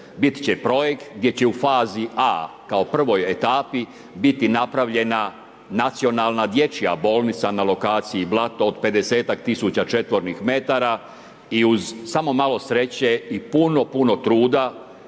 Biti će projekt gdje će u fazi A kao prvoj etapi biti napravljena nacionalna dječja bolnica na lokaciji Blato od 50-ak tisuća četvornih metara i uz samo malo sreće i puno, puno truda,